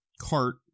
cart